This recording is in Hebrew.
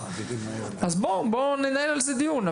אז בואו ננהל על זה דיון.